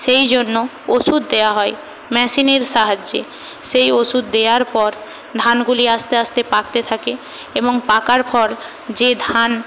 সেই জন্য ওষুধ দেওয়া হয় মেশিনের সাহায্যে সেই ওষুধ দেওয়ার পর ধানগুলি আস্তে আস্তে পাকতে থাকে এবং পাকার পর যে ধান